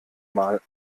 mal